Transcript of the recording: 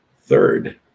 Third